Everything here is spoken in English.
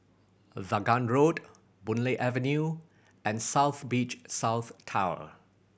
Vaughan Road Boon Lay Avenue and South Beach South Tower